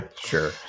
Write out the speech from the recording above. Sure